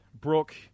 Brooke